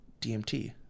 DMT